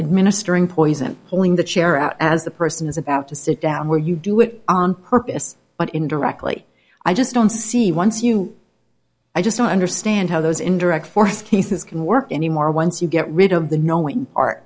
administering poison pulling the chair out as the person is about to sit down where you do it on purpose but indirectly i just don't see once you i just don't understand how those indirect force cases can work any more once you get rid of the knowing part